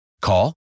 Call